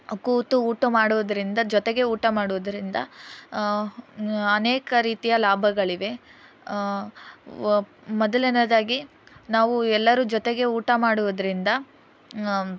ಕೂತು ಊಟ ಮಾಡುವುದರಿಂದ ಜೊತೆಗೆ ಊಟ ಮಾಡುವುದರಿಂದ ಅನೇಕ ರೀತಿಯ ಲಾಭಗಳಿವೆ ವ ಮೊದಲನೆಯದಾಗಿ ನಾವು ಎಲ್ಲರೂ ಜೊತೆಗೆ ಊಟ ಮಾಡುವುದರಿಂದ